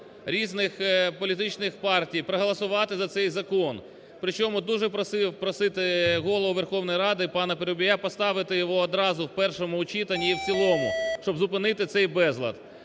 різних політичних партій, проголосувати за цей документ. При чому дуже просив просити Голову Верховної Ради пана Парубія поставити його одразу в першому читанні і цілому, щоб зупинити цей безлад.